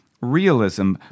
realism